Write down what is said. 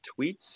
tweets